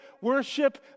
worship